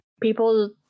people